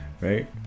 right